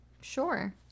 Sure